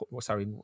sorry